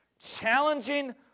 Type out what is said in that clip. Challenging